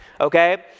okay